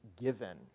given